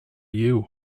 you